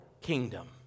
kingdom